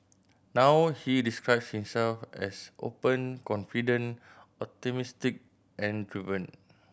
now he describes himself as open confident optimistic and driven